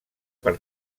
per